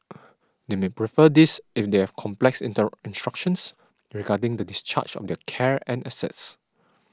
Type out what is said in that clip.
they may prefer this if they have complex inter instructions regarding the discharge of their care and assets